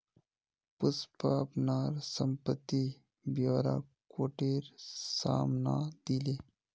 पुष्पा अपनार संपत्ति ब्योरा कोटेर साम न दिले